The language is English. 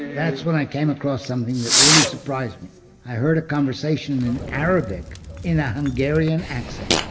that's when i came across something that really surprised me i heard a conversation in arabic in a hungarian accent.